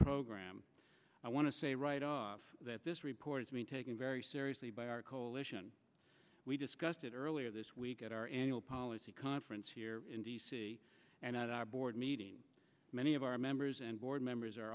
program i want to say right off that this report is being taken very seriously by our coalition we discussed it earlier this week at our annual policy conference here and at our board meeting many of our members and board members are